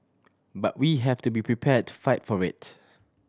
but we have to be prepare to fight for it